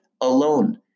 alone